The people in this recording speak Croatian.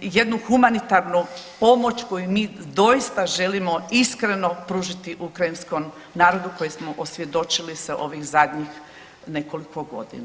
jednu humanitarnu pomoć koju mi doista želimo iskreno pružiti ukrajinskom narodu koji smo osvjedočili se ovih zadnjih nekoliko godina.